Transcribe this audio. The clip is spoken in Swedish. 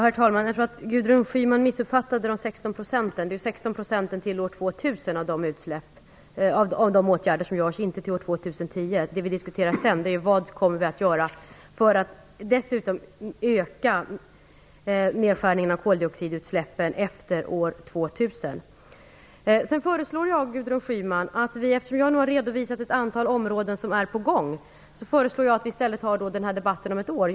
Herr talman! Jag tror att Gudrun Schyman missuppfattade de 16 procenten. De åtgärder som görs innebär en sänkning av utsläppen till år 2000, inte till år 2010. Vad vi diskuterar sedan är vad vi kan göra för att dessutom öka nedskärningarna av koldioxidutsläppen efter år 2000. Eftersom jag nu har redovisat ett antal områden som är på gång, föreslår jag Gudrun Schyman att vi för den här debatten om ett år.